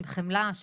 של חמלה,